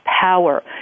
power